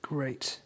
Great